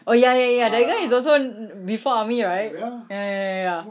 oh ya ya ya that guy is also before army right ya ya ya ya